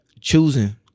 choosing